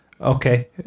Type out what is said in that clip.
Okay